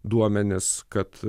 duomenis kad